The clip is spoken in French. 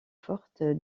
forte